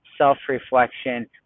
self-reflection